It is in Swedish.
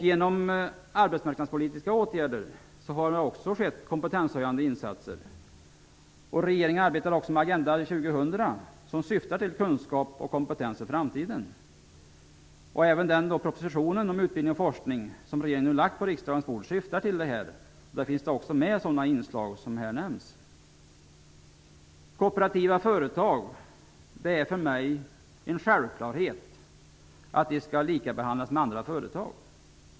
Genom arbetsmarknadspolitiska åtgärder har kompetenshöjande insatser också gjorts. Regeringen arbetar även med Agenda 2000, som syftar till kunskap och kompetens för framtiden. Även den proposition om utbildning och forskning som regeringen nu har lagt på riksdagens bord syftar till detta. Där finns också med sådana inslag som här nämns. Att kooperativa företag skall behandlas som andra företag är för mig en självklarhet.